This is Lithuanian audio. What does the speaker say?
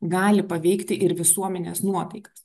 gali paveikti ir visuomenės nuotaikas